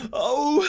o,